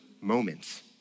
moments